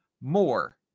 more